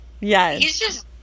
Yes